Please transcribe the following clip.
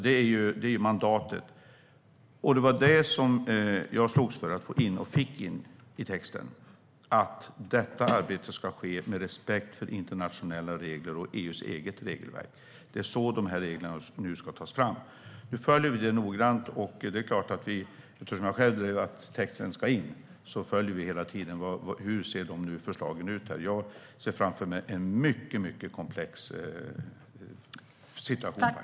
Detta är mandatet, och det jag slogs för att få in och också fick in i texten var att detta arbete ska ske med respekt för internationella regler och EU:s eget regelverk. Det är så de här reglerna nu ska tas fram. Nu följer vi det noggrant, och det är klart att eftersom jag själv drev att texten ska in följer vi hela tiden hur förslagen ser ut. Jag ser framför mig en mycket, mycket komplex situation.